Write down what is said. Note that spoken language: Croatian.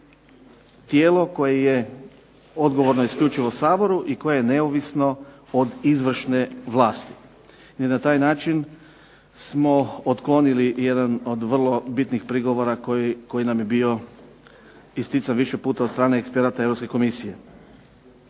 tijelo koje je odgovorno isključivo Saboru i koje je neovisno od izvršne vlasti i na taj način smo otklonili jedan od vrlo bitnih prigovora koji nam je bio istican više puta od strane eksperata Europske komisije.